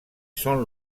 són